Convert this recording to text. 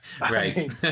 Right